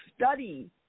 Study